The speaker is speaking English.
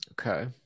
Okay